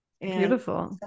beautiful